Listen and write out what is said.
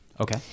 Okay